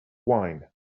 wine